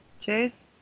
Cheers